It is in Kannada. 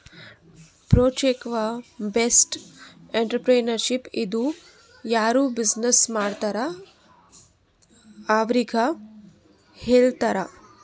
ಪ್ರೊಜೆಕ್ಟ್ ಬೇಸ್ಡ್ ಎಂಟ್ರರ್ಪ್ರಿನರ್ಶಿಪ್ ಇದು ಯಾರು ಬಿಜಿನೆಸ್ ಮಾಡ್ತಾರ್ ಅವ್ರಿಗ ಹೇಳ್ತಾರ್